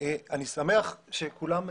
לאיזה תרחיש קיצון אתם מתכוננים?